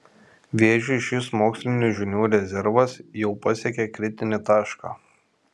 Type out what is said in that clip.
vėžiui šis mokslinių žinių rezervas jau pasiekė kritinį tašką